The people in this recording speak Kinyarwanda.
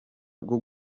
bwo